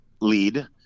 lead